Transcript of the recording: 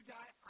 die